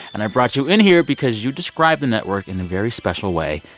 and i brought you in here because you describe the network in a very special way.